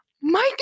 Mike